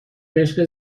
قشر